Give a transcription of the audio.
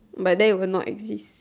but there even not exist